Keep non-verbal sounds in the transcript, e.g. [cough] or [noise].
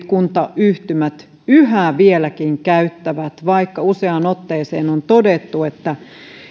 [unintelligible] kuntayhtymät yhä vieläkin käyttävät vaikka useaan otteeseen on todettu että